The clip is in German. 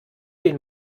den